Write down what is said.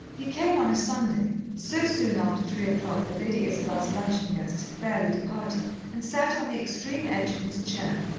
he came on a sunday, so soon after three o'clock that lady isabel's luncheon guests had barely departed, and sat on the extreme edge of his chair,